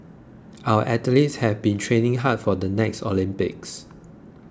our athletes have been training hard for the next Olympics